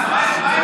יש לו כיפה בכיס.